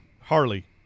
Harley